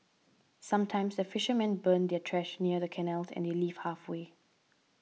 sometimes the fishermen burn their trash near the canals and they leave halfway